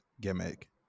gimmick